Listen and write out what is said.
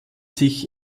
sich